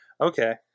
Okay